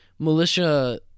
militia